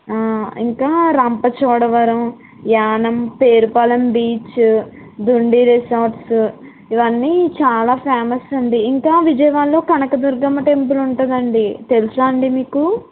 ఇంకా Rampachodavaram Yanam Perupalem beach Dindi resorts ఇవన్నీ చాలా ఫేమస్ అండి ఇంకా విజయవాడలో కనకదుర్గమ్మ టెంపుల్ ఉంటుందండీ తెలుసా అండీ మీకు